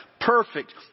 perfect